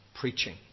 preaching